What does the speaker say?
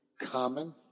common